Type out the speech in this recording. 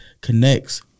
connects